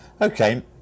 okay